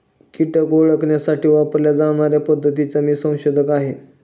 कीटक ओळखण्यासाठी वापरल्या जाणार्या पद्धतीचा मी संशोधक आहे